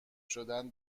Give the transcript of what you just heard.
شدن